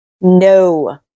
No